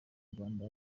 rwanda